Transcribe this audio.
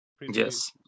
yes